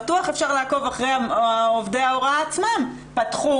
בטוח אפשר לעקוב אחרי עובדי ההוראה עצמם - פתחו,